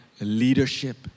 leadership